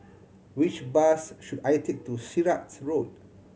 which bus should I take to Sirat Road